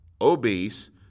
obese